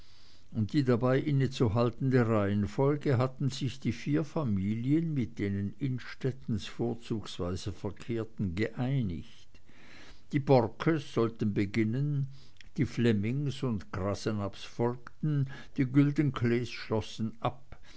über die dabei innezuhaltende reihenfolge hatten sich die vier familien mit denen innstettens vorzugsweise verkehrten geeinigt die borckes sollten beginnen die flemmings und grasenabbs folgten die güldenklees schlossen ab